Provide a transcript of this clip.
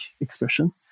expression